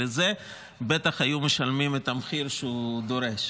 ולזה בטח היו משלמים את המחיר שהוא דורש.